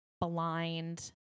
blind